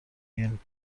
گین